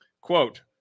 quote